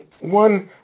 One